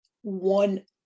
one